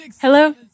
Hello